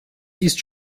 ist